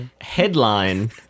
Headline